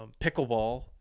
pickleball